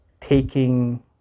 taking